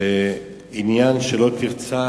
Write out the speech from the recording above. שעניין "לא תרצח"